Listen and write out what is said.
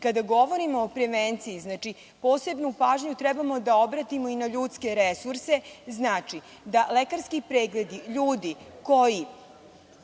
govorimo o prevenciji, posebnu pažnju trebamo da obratimo i na ljudske resurse. Znači, lekarski pregledi ljudi koji